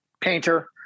painter